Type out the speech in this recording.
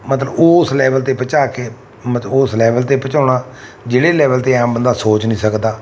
ਮਤਲਬ ਉਸ ਲੈਵਲ 'ਤੇ ਪਹੁੰਚਾ ਕੇ ਉਸ ਲੈਵਲ 'ਤੇ ਪਹੁੰਚਾਉਣਾ ਜਿਹੜੇ ਲੈਵਲ 'ਤੇ ਆਮ ਬੰਦਾ ਸੋਚ ਨਹੀਂ ਸਕਦਾ